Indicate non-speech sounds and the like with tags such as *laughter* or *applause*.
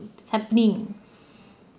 it's happening *breath*